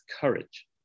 courage